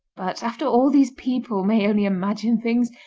but, after all these people may only imagine things,